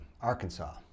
Arkansas